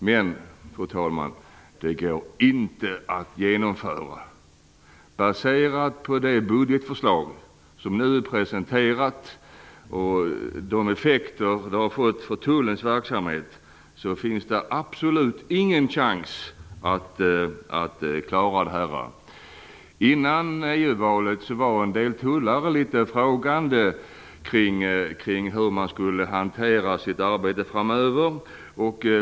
Men det går inte, fru talman, att genomföra. Med det budgetförslag som nu är presenterat och med tanke på de effekter det får för tullens verksamhet finns det absolut ingen chans att klara det. Före EU-valet var en del tullare litet frågande kring hur man skulle hantera sitt arbete framöver.